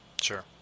Sure